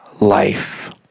life